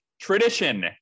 tradition